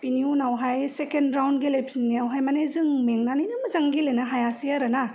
बेनि उनावहाय second round गेलेफिननायावहाय माने जों मेंनानैनो मोजां गेलेनो हायासै आरोना